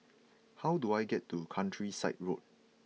how do I get to Countryside Road